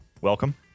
welcome